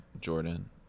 Jordan